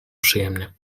przyjemnie